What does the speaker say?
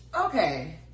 okay